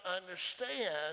understand